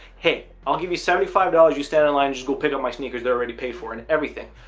hey, i'll give you seventy five dollars you stand in line. just go pick up my sneakers they're already paid for and everything.